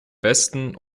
westen